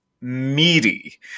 meaty